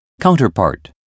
counterpart